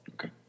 Okay